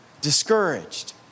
discouraged